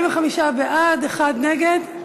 45 בעד, אחד נגד,